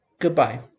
goodbye